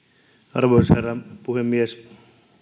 arvoisa herra puhemies